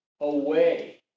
away